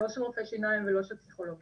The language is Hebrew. לא של רופאי שיניים ולא של פסיכולוגיים,